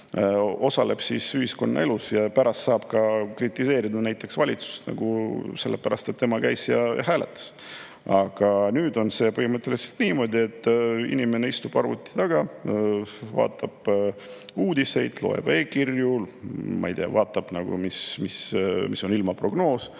osaleb ühiskonnaelus ja pärast saab ka kritiseerida näiteks valitsust, sest tema käis ja hääletas. Aga nüüd on see põhimõtteliselt niimoodi, et inimene istub arvuti taga, vaatab uudiseid, loeb e‑kirju, ma ei tea, vaatab, mis on ilmaprognoos,